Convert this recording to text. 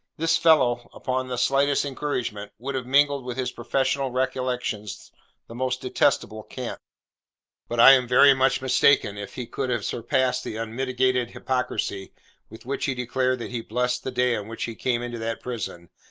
this fellow, upon the slightest encouragement, would have mingled with his professional recollections the most detestable cant but i am very much mistaken if he could have surpassed the unmitigated hypocrisy with which he declared that he blessed the day on which he came into that prison,